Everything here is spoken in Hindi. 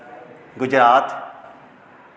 गुजरात